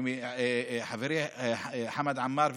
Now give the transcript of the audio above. וגם חברי חמד עמאר,